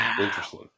interesting